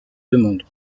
demandes